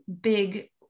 big